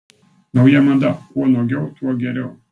nauja mada kuo nuogiau tuo geriau